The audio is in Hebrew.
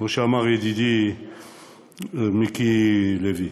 כמו שאמר ידידי מיקי לוי: